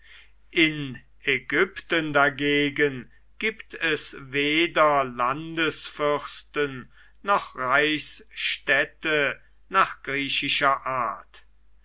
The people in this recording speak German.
in ägypten dagegen gibt es weder landesfürsten noch reichsstädte nach griechischer art